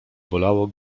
bolało